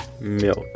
milk